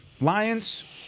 Lions